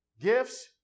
gifts